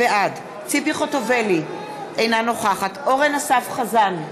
בעד ציפי חוטובלי, אינה נוכחת אורן אסף חזן,